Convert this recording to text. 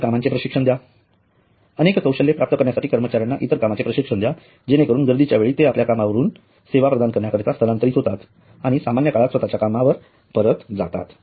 इतर कामाचे प्रशिक्षण द्या अनेक कौशल्य प्राप्त करण्यासाठी कर्मचाऱ्यांना इतर कामाचे प्रशिक्षण द्या जेणेकरून गर्दीच्या वेळी ते आपल्या कामावरून ते सेवा प्रदान करण्याकरिता स्थलांतरित होतात आणि सामान्य काळात स्वतःच्या कामावर परत जातात